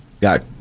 got